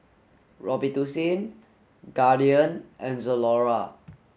Robitussin Guardian and Zalora